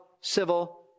civil